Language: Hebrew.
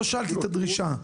לא שאלתי את הדרישה.